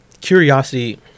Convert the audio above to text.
curiosity